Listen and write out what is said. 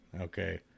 Okay